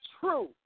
true